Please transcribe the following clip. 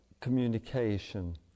communication